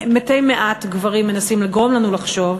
שמתי-מעט גברים מנסים לגרום לנו לחשוב,